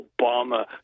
Obama